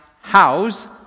house